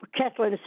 Kathleen